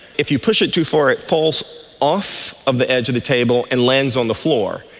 if you push it too far it falls off of the edge of the table and lands on the floor.